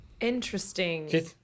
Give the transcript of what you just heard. Interesting